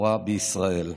לקבורה בישראל.